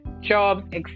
jobs